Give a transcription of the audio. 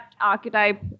archetype